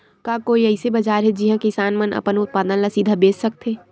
का कोई अइसे बाजार हे जिहां किसान मन अपन उत्पादन ला सीधा बेच सकथे?